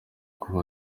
kuba